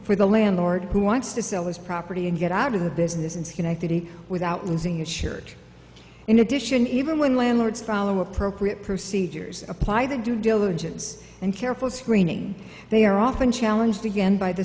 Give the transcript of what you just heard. for the landlord who wants to sell his property and get out of the business in schenectady without losing his shirt in addition even when landlords are appropriate procedures apply the due diligence and careful screening they are often challenged again by the